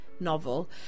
novel